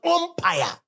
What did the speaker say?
umpire